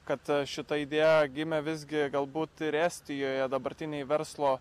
kad šita idėja gimė visgi galbūt ir estijoje dabartinėj verslo